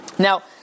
Now